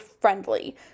friendly